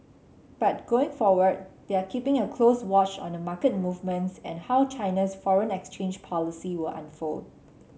but going forward they are keeping a close watch on market movements and how China's foreign exchange policy will unfold